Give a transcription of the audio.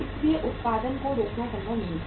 इसलिए उत्पादन को रोकना संभव नहीं था